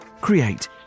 create